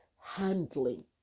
handling